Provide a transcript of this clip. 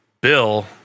Bill